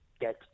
get